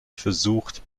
versucht